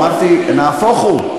אמרתי, נהפוך הוא.